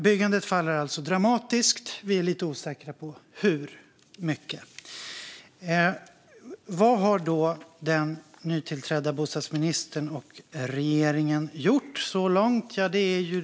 Byggandet faller alltså dramatiskt, även om vi är lite osäkra på hur mycket det faller. Vad har då den nytillträdda bostadsministern och regeringen gjort så här långt?